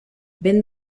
vent